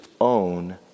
own